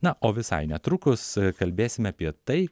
na o visai netrukus kalbėsime apie tai